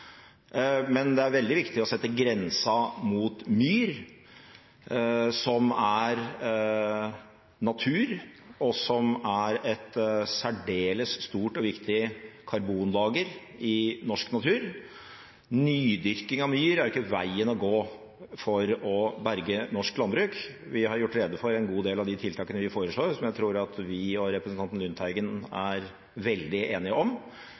men det er veldig viktig å sette grensa mot myr som er natur, og som er et særdeles stort og viktig karbonlager i norsk natur. Nydyrking av myr er ikke veien å gå for å berge norsk landbruk. Vi har gjort rede for en god del av de tiltakene vi foreslår, og som jeg tror at vi og representanten Lundteigen er veldig enige om.